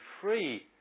free